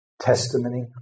testimony